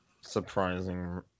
Surprising